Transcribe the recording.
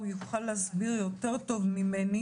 הוא יוכל להסביר יותר טוב ממני.